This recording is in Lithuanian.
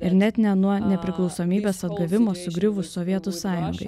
ir net ne nuo nepriklausomybės atgavimo sugriuvus sovietų sąjungai